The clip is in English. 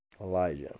Elijah